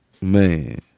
Man